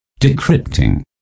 Decrypting